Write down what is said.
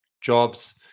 jobs